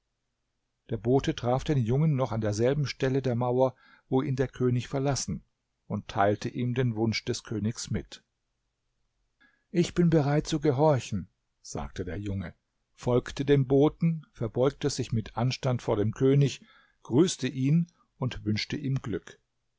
der bote traf den jungen noch an derselben stelle der mauer wo ihn der könig verlassen und teilte ihm den wunsch des königs mit ich bin bereit zu gehorchen sagte der junge folgte dem boten verbeugte sich mit anstand vor dem könig grüßte ihn und wünschte ihm glück